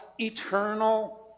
eternal